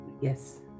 Yes